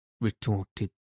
retorted